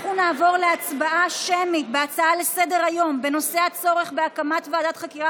אנחנו נעבור להצבעה שמית על הצעה לסדר-היום בנושא הצורך בהקמת ועדת חקירה